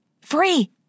Free